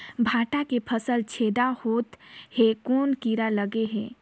भांटा के फल छेदा होत हे कौन कीरा लगे हे?